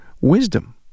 Wisdom